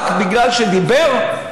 רק בגלל שדיבר?